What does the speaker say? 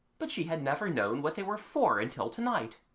but she had never known what they were for until to-night.